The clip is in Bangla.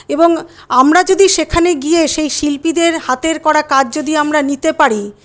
এবং আমরা যদি সেখানে গিয়ে সেই শিল্পীদের হাতের করা কাজ যদি আমরা নিতে পারি